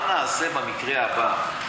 מה נעשה במקרה הבא,